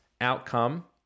outcome